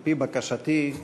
על-פי בקשתי,